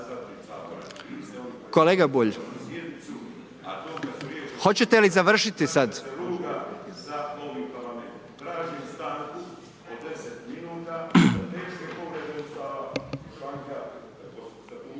Kolega Bulj, hoćete li završiti sad?